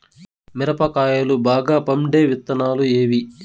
మిరప కాయలు బాగా పండే విత్తనాలు ఏవి